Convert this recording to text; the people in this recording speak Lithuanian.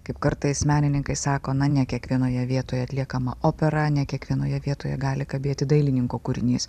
kaip kartais menininkai sako na ne kiekvienoje vietoje atliekama opera ne kiekvienoje vietoje gali kabėti dailininko kūrinys